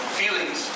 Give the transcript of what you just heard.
feelings